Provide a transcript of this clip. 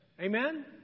Amen